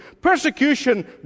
Persecution